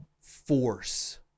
force